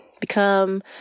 become